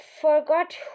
forgot